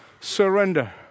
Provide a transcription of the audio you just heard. Surrender